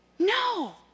no